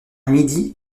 midi